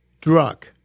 drug